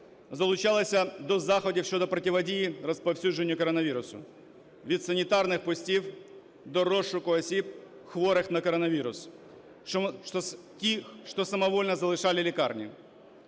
залучалися до заходів щодо протидії розповсюдження коронавірусу: від санітарних постів до розшуку осіб, хворих на коронавірус, тих, що самовільно залишали лікарні.